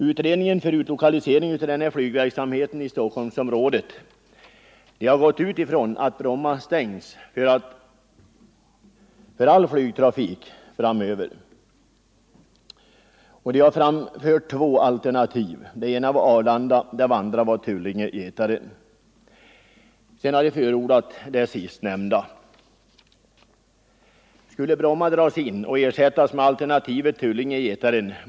Utredningen angående utlokalisering av flygverksamheten i Stockholmsområdet har utgått ifrån att all flygverksamhet vid Bromma skall upphöra. Utredningen har framlagt förslag till två alternativa lösningar - dels Arlanda, dels Tullinge/Getaren.